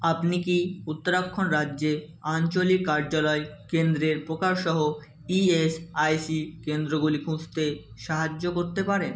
আপনি কি উত্তরাখণ্ড রাজ্যে আঞ্চলিক কার্যালয় কেন্দ্রের প্রকারসহ ইএসআইসি কেন্দ্রগুলি খুঁজতে সাহায্য করতে পারেন